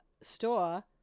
store